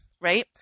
right